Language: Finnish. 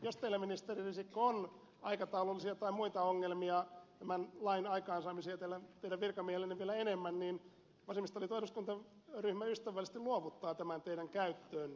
jos teillä ministeri risikko on aikataulullisia tai muita ongelmia tämän lain aikaansaamisessa ja teidän virkamiehillänne vielä enemmän niin vasemmistoliiton eduskuntaryhmä ystävällisesti luovuttaa tämän teidän käyttöönne